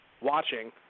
watching